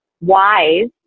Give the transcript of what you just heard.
wise